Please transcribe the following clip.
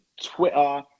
Twitter